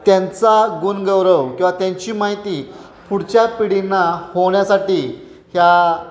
त्यांचा गुणगौरव किंवा त्यांची माहिती पुढच्या पिढींना होण्यासाठी ह्या